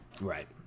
Right